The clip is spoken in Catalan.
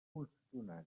concessionari